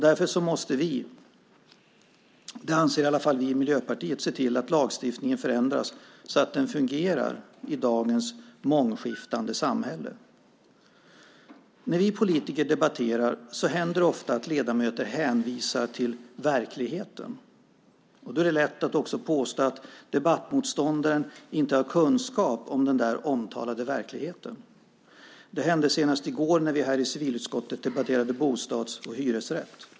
Därför måste vi, anser Miljöpartiet, se till att lagstiftningen förändras så att den fungerar i dagens mångskiftande samhälle. När vi politiker debatterar så händer det ofta att ledamöter hänvisar till verkligheten. Då är det lätt att också påstå att debattmotståndaren inte har kunskap om den där omtalade verkligheten. Det hände senast i går när vi i civilutskottet debatterade bostads och hyresrätt.